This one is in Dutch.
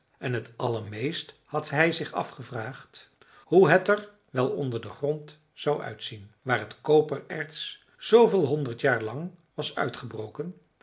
en t allermeest had hij zich afgevraagd hoe het er wel onder den grond zou uitzien waar het kopererts zoo veel honderd jaar lang was uitgebroken